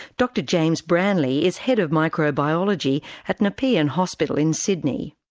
dr james branley is head of microbiology at nepean hospital in sydney.